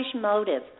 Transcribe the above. motive